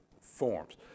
forms